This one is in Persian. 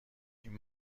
این